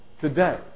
today